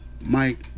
Mike